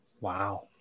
Wow